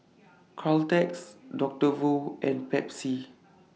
Caltex Doctor Wu and Pepsi